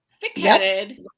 thick-headed